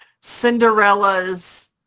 Cinderella's